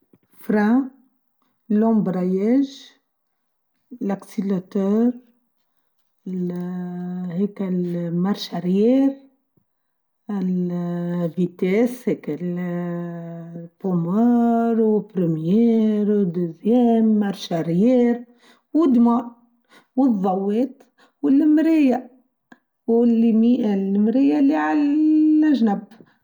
فرا ، لومبراياچ ، لاكسيلاتول ، ااا هيكااا المارشايير ، ال ااا بيتاس ، هيكاااا بوموار ، و بريميير ، زويام ، مارشاريير ، و دوموا ، و الظوات ، و المرايه ، و المرايه إلي عالجنب.